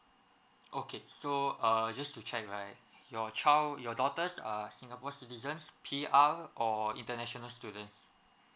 okay so err just to check right your child your daughter's uh singapore citizens P_R or international students